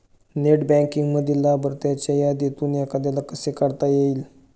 Net बँकिंगमधील लाभार्थ्यांच्या यादीतून एखाद्याला कसे काढता येईल?